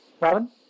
Robin